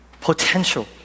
potential